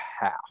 half